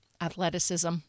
athleticism